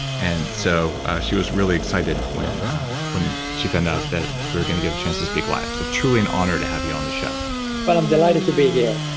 and so she was really excited when when she found out that we're going to get a chance to speak live, so truly an honor to have you on the show well, but i'm delighted to be here